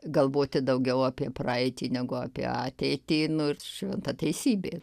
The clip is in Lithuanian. galvoti daugiau apie praeitį negu apie ateitį nu ir šventa teisybė